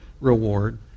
reward